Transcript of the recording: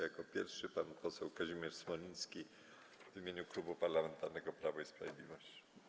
Jako pierwszy pan poseł Kazimierz Smoliński - w imieniu Klubu Parlamentarnego Prawo i Sprawiedliwość.